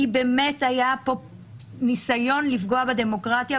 כי באמת היה פה ניסיון לפגוע בדמוקרטיה,